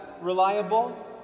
reliable